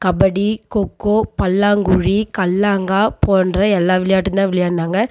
கபடி கொக்கோ பல்லாங்குழி கல்லாங்கா போன்ற எல்லா விளையாட்டுந்தான் விளையாண்டாங்க